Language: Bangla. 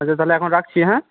আচ্ছা তাহলে এখন রাখছি হ্যাঁ